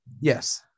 Yes